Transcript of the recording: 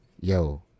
yo